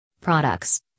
products